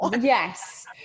yes